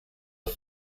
are